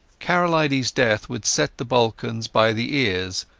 karolidesa death would set the balkans by the ears,